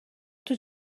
توی